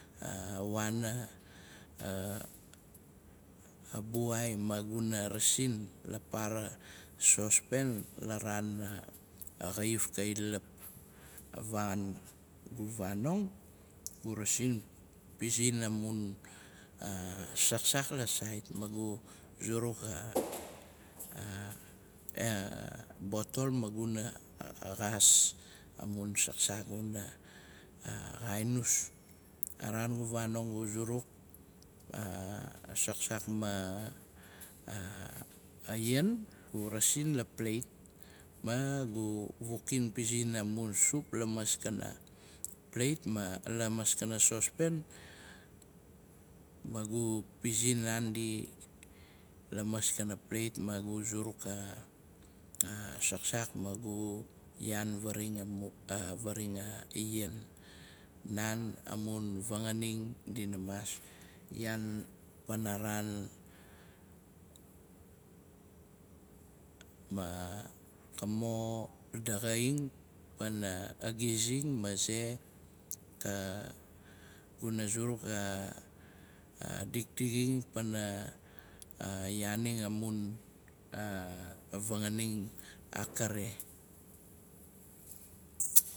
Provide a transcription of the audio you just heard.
A waana buai maguna rasin la para sospen, la raan xaif ka i lap. Gu vanong, gu rasin pizin amun saksak la sait, magu zuruk a a botol maguna xaas amun saksak guna xainus. A raan gu vanong gu zuruk a saksak ma a yan, gu rasin la pleit magu vukin pizin a mun sup lamaskana, pleit ma lamaskana sospen. Magu pizin naandi lamaskana pleit, magu zuruk a saksak magu yan faraxain a mun a yan. Naan amun fanganing dina maas, yaan panaraan, mo daxaing pana a gizing maze ka guna zuruk a dikdixing, pana yaaning amun a vanganing a kari.